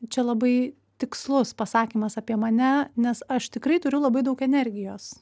čia labai tikslus pasakymas apie mane nes aš tikrai turiu labai daug energijos